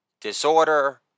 disorder